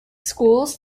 schools